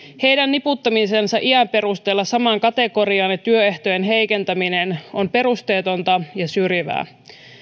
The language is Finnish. heidän niputtamisensa iän perusteella samaan kategoriaan ja työehtojen heikentäminen on perusteetonta ja syrjivää